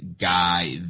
guy